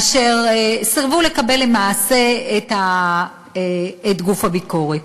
אשר סירבו לקבל למעשה את גוף הביקורת.